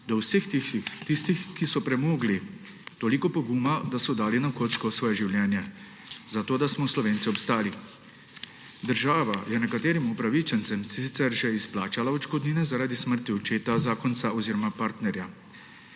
do vseh tistih, ki so pripomogli toliko poguba, da so dali na kocko svoje življenje, da smo Slovenci obstali. Država je nekaterim upravičencem sicer že izplačala odškodnine zaradi smrti očeta, zakonca oziroma partnerja.